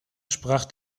sprach